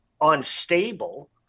unstable